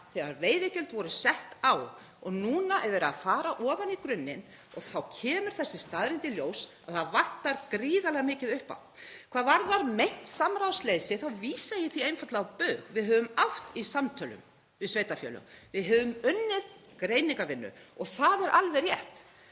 þegar veiðigjöld voru sett á og núna er verið að fara ofan í grunninn og þá kemur þessi staðreynd í ljós, að það vantar gríðarlega mikið upp á. Hvað varðar meint samráðsleysi þá vísa ég því einfaldlega á bug. Við höfum átt í samtölum við sveitarfélög, við höfum unnið greiningarvinnu. Og það er alveg rétt